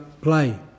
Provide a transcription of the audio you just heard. play